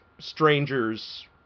Strangers